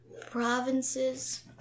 provinces